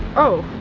oh.